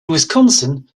wisconsin